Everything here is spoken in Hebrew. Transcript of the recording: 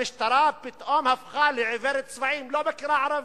המשטרה פתאום הפכה לעיוורת צבעים, לא מכירה ערבים.